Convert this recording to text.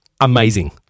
amazing